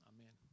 Amen